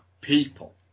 people